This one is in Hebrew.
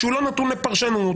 שלא נתון לפרשנות,